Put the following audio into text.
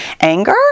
anger